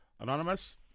Anonymous